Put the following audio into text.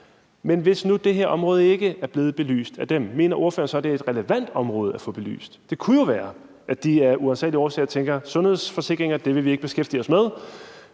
Men hvis nu det her område ikke bliver belyst af dem, mener ordføreren så, at det er et relevant område at få belyst? Det kunne jo være, at de af uransagelige årsager tænker: Sundhedsforsikringer vil vi ikke beskæftige os med.